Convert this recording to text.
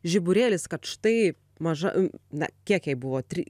žiburėlis kad štai maža na kiek jai buvo trys